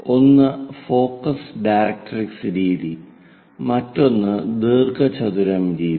ഒന്ന് focus directrix രീതി മറ്റൊന്ന് ദീർഘചതുരം രീതി